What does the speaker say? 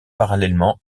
parallèlement